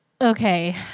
Okay